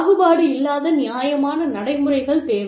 பாகுபாடு இல்லாத நியாயமான நடைமுறைகள் தேவை